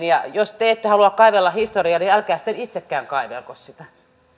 ja jos te ette halua kaiveltavan historiaa niin älkää sitten itsekään kaivelko sitä